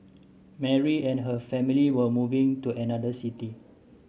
Mary and her family were moving to another city